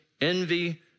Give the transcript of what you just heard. envy